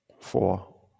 four